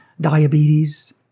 diabetes